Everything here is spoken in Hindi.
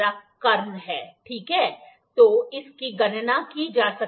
तो इसकी गणना की जा सकती है